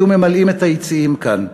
היו ממלאים את היציעים כאן,